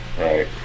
Right